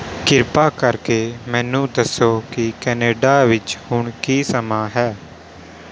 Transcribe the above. ਕਿਰਪਾ ਕਰਕੇ ਮੈਨੂੰ ਦੱਸੋ ਕਿ ਕੈਨੇਡਾ ਵਿੱਚ ਹੁਣ ਕੀ ਸਮਾਂ ਹੈ